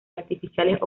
artificiales